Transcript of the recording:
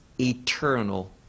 eternal